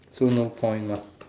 so no point mah